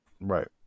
Right